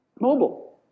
mobile